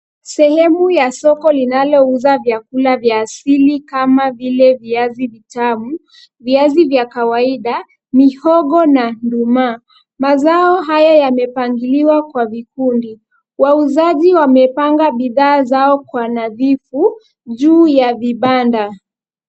Sehemu ya soko linalouza vyakula vya asili kama vile; viazi tamu, viazi vya kawaida, mihogo na ndumaa .Mazao haya yamepangiliwa kwa vikundi. Wauzaji wamepanga bidhaa zao kwa nadhifu juu ya vibanda.